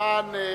למען